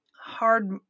hard